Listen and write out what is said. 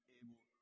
able